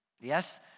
Yes